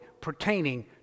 pertaining